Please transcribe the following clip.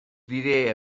diré